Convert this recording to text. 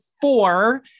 four